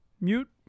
Mute